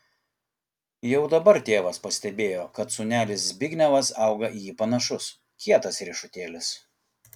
jau dabar tėvas pastebėjo kad sūnelis zbignevas auga į jį panašus kietas riešutėlis